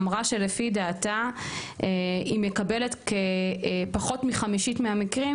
אמרה שלפי דעתה היא מקבלת פחות מחמישית מהמקרים,